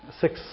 six